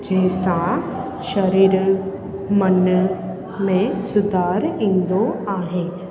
जंहिंसां शरीर मन में सुधार ईंदो आहे